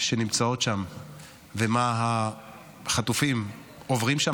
שנמצאות שם והחטופים עוברים שם.